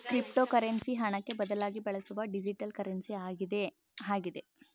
cryptocurrency ಹಣಕ್ಕೆ ಬದಲಾಗಿ ಬಳಸುವ ಡಿಜಿಟಲ್ ಕರೆನ್ಸಿ ಆಗಿದೆ ಆಗಿದೆ